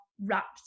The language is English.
wrapped